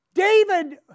David